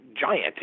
giant